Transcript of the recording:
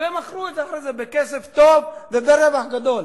ומכרו את זה אחרי זה בכסף טוב וברווח גדול.